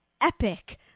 epic